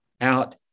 out